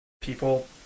people